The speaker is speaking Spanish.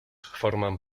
forman